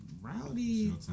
rowdy